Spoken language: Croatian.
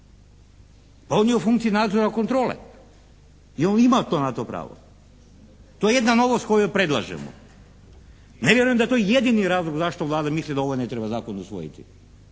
Pa on je u funkciji nadzora kontrole i on ima to na to pravo. To je jedna novost koju predlažemo. Ne vjerujem da je to jedini razlog zašto Vlada misli da ovo ne treba zakon usvojiti.